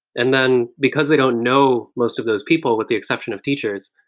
and then because they don't know most of those people with the exception of teachers,